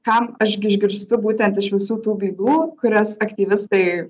kam aš gi išgirstu būtent iš visų tų bylų kurias aktyvistai